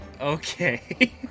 okay